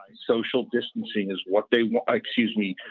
ah social distancing is what they want. excuse me.